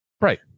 Right